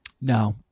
No